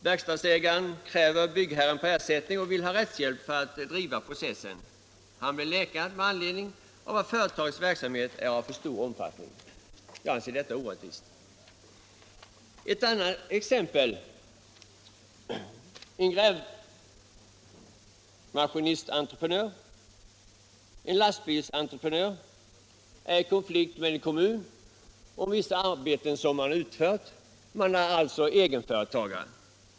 Verkstadsägaren kräver byggmästaren på ersättning och vill ha rättshjälp för att driva processen. Han blir nekad med anledning av att företagets verksamhet är av för stor omfattning. Jag anser detta orättvist. Två entreprenörer i grävmaskinsresp. åkeribranschen är i konflikt med en kommun om arbeten som de har utfört.